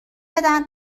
بدن